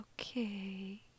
okay